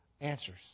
answers